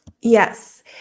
Yes